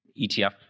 ETF